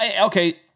okay